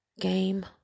Game